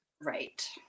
Right